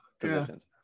positions